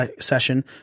session